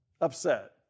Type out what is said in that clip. upset